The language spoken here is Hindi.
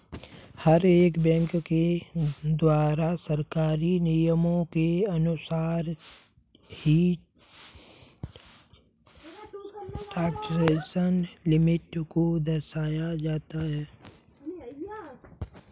हर एक बैंक के द्वारा सरकारी नियमों के अनुसार ही ट्रांजेक्शन लिमिट को दर्शाया जाता है